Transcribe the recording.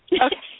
Okay